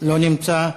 לא נמצא.